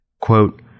Quote